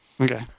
okay